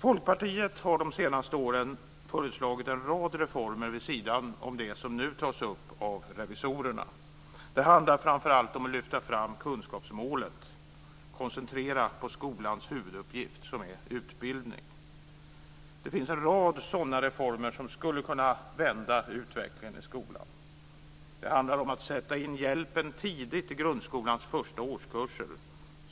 Folkpartiet har de senaste åren föreslagit en rad reformer vid sidan av det som nu tas upp av revisorerna. Det handlar framför allt om att lyfta fram kunskapsmålet koncentrerat på skolans huvuduppgift som är utbildning. En rad sådana reformer skulle kunna vända utvecklingen i skolan. Det handlar om att sätta in hjälpen tidigt i grundskolans första årskurser.